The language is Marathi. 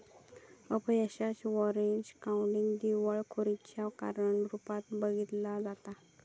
अपयशाक ऑरेंज काउंटी दिवाळखोरीच्या कारण रूपात बघितला जाता